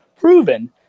proven